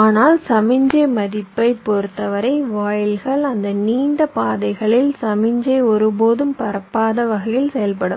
ஆனால் சமிக்ஞை மதிப்பைப் பொறுத்தவரை வாயில்கள் அந்த நீண்ட பாதைகளில் சமிக்ஞை ஒருபோதும் பரப்பாத வகையில் செயல்படும்